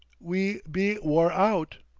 we be wore out.